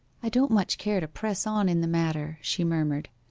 i don't much care to press on in the matter she murmured.